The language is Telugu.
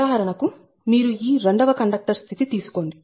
ఉదాహరణకు మీరు ఈ 2 వ కండక్టర్ స్థితి తీసుకోండి